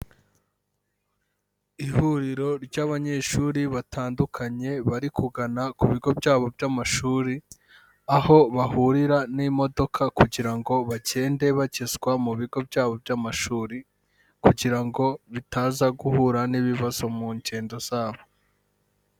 Ihuriro ry'abanyeshuri batandukanye bari kugana ku bigo byabo by'amashuri, aho bahurira n'imodoka kugira ngo bagende bakezwa mu bigo byabo by'amashuri kugira ngo bitaza guhura n'ibibazo mu ngendo zabo.